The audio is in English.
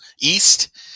East